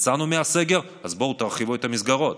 יצאנו מהסגר, אז בואו תרחיבו את המסגרות.